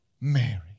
Mary